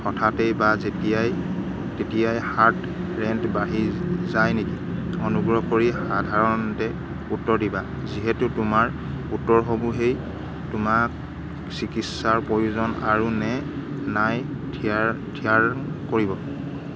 হঠাতেই বা যেতিয়াই তেতিয়াই হাৰ্ট ৰেট বাঢ়ি যায় নেকি অনুগ্ৰহ কৰি সাধাৰণতে উত্তৰ দিবা যিহেতু তোমাৰ উত্তৰ সমূহেই তোমাক চিকিৎসাৰ প্ৰয়োজন আৰু নে নাই থিয়াৰ থিয়াৰং কৰিব